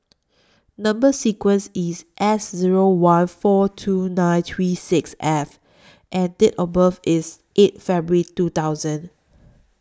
Number sequence IS S Zero one four two nine three six F and Date of birth IS eighth February two thousand